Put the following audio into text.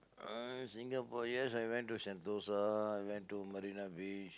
uh Singapore yes I went to Sentosa I went to Marina Bay